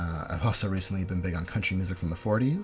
i've also recently been big on country music from the forty s,